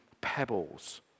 pebbles